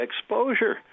exposure